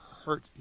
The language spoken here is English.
hurt